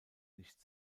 nicht